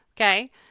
Okay